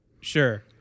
Sure